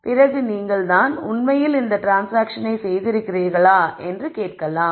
பிறகு நீங்கள் தான் உண்மையில் இந்த ட்ரான்ஸ்சாங்க்ஷனை செய்திருக்கிறீர்களா என்று கேட்கலாம்